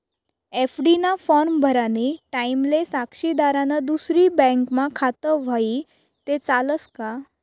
FD ना form भरानी टाईमले साक्षीदारनं दुसरी बँकमा खातं व्हयी ते चालस का